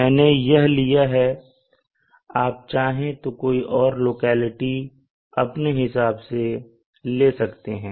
मैंने यह लिया है आप चाहें तो कोई और लोकेलिटी अपने हिसाब से ले सकते हैं